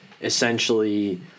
essentially